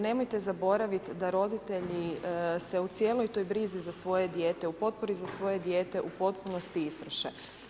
Nemojte zaboravit da roditelji se u cijeloj toj brizi za svoje dijete, u potpori za svoje dijete u potpunosti istroše.